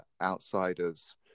outsiders